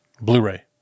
Blu-ray